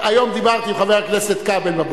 היום בבוקר דיברתי עם חבר הכנסת כבל.